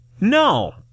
No